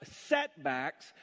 setbacks